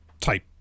type